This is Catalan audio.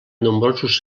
nombrosos